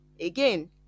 Again